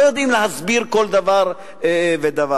ולא יודעים להסביר כל דבר ודבר.